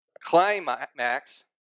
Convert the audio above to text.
climax